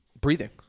Breathing